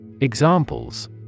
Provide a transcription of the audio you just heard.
Examples